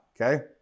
okay